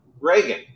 Reagan